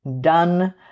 done